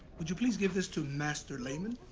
would you please give this to master lehman?